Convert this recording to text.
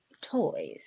toys